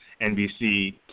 NBC